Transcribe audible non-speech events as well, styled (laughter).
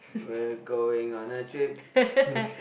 we're going on a trip (laughs)